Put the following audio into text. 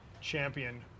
champion